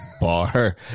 bar